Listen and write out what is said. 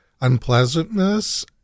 unpleasantness